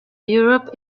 europe